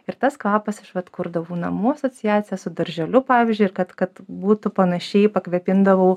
ir tas kvapas aš vat kurdavau namų asociaciją su darželiu pavyzdžiui ir kad kad būtų panašiai pakvėpindavau